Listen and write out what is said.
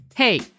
Hey